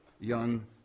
young